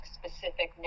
specific